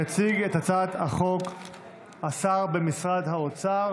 יציג את הצעת החוק השר במשרד האוצר